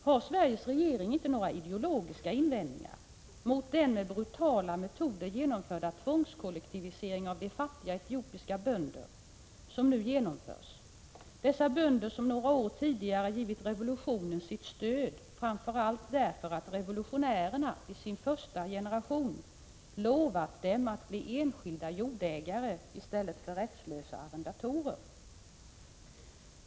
Har Sveriges regering inte några ideologiska invändningar mot den med brutala metoder genomförda tvångskollektivisering av fattiga etiopiska bönder som nu genomförs? — Dessa bönder som några år tidigare givit revolutionen sitt stöd, framför allt därför att den första generationen av revolutionärerna lovat dem att bli enskilda jordägare i stället för rättslösa arrendatorer.